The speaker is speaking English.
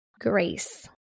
grace